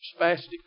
spastic